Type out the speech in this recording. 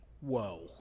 Whoa